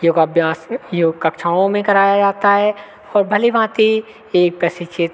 योगाभ्यास योग कक्षाओं में कराया जाता है और भली भांति एक प्रशिक्षित